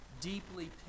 deeply